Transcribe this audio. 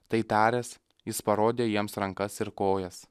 tai taręs jis parodė jiems rankas ir kojas